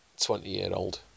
twenty-year-old